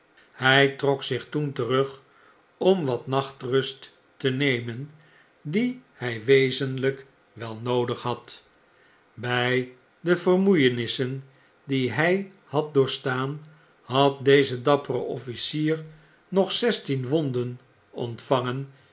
hij trok zich toen terus om wat nachtrust te nemen die hij wezenlgk wel noodig had bg de vermoeienissen die hg had doorstaan had deze dappere officier nog zestien wonden ontvangen